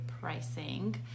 pricing